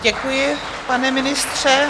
Děkuji, pane ministře.